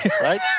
right